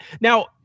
Now